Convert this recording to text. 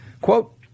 Quote